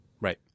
Right